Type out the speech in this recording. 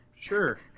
sure